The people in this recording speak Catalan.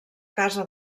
casa